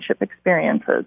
experiences